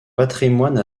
patrimoine